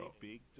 Big